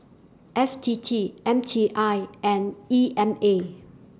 F T T M T I and E M A